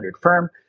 firm